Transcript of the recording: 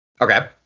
Okay